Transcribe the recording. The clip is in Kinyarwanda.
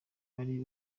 ari